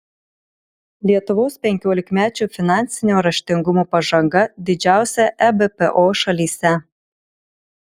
lietuvos penkiolikmečių finansinio raštingumo pažanga didžiausia ebpo šalyse